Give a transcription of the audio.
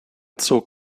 zog